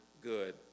good